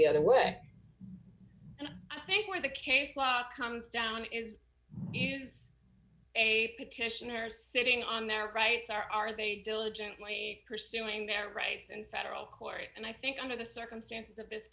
the other way and i think where the case law comes down is is a petitioner sitting on their rights are are they diligently pursuing their rights in federal court and i think under the circumstances of this